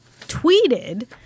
tweeted